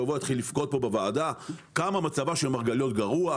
ואני אתחיל לבכות פה בוועדה כמה מצבה של מרגליות גרוע,